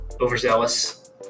overzealous